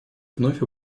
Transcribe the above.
вновь